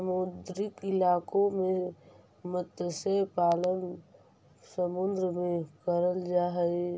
समुद्री इलाकों में मत्स्य पालन समुद्र में करल जा हई